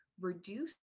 reduce